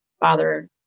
father